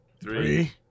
Three